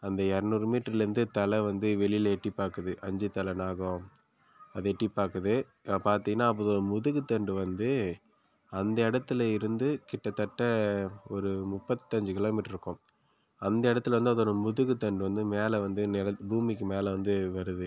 அந்த இரநூறு மீட்டரில் இருந்தே தலை வந்து வெளியில் எட்டிப் பார்க்குது அஞ்சு தலை நாகம் அது எட்டிப் பார்க்குது பார்த்திங்கனா அதோடய முதுகுத் தண்டு வந்து அந்த இடத்தில் இருந்து கிட்டத்தட்ட ஒரு முப்பத்தஞ்சு கிலோமீட்டர் இருக்கும் அந்த இடத்தில் இருந்து அதோடய முதுகுத் தண்டு வந்து மேலே வந்து நேராக பூமிக்கு மேலே வந்து வருது